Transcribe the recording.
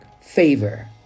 favor